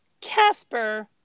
Casper